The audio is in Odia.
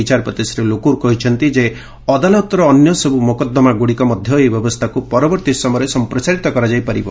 ବିଚାରପତି ଶ୍ରୀ ଲୋକୁର୍ କହିଛନ୍ତି ଯେ ଅଦାଲତର ଅନ୍ୟସବୁ ମୋକଦ୍ଦମାଗୁଡ଼ିକ ମଧ୍ୟ ଏହି ବ୍ୟବସ୍ଥାକୁ ପରବର୍ତ୍ତୀ ସମୟରେ ସଂପ୍ରସାରିତ କରାଯାଇ ପାରିବ